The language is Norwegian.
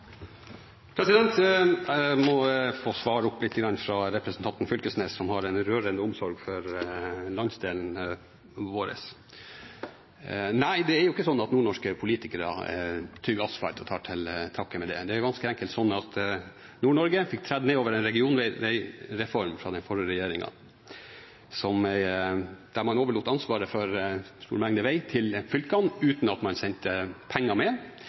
Jeg må få svare representanten Knag Fylkesnes, som har en rørende omsorg for landsdelen vår. Nei, det er jo ikke sånn at nordnorske politikere tygger asfalt og tar til takke med det. Det er ganske enkelt sånn at Nord-Norge fikk tredd nedover seg en regionveireform av den forrige regjeringen, der man overlot ansvaret for en stor mengde vei til fylkene uten at man sendte med penger.